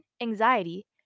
anxiety